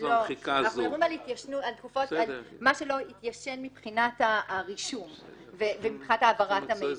מה שלא התיישן מבחינת הרישום ומבחינת העברת המידע.